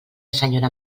senyora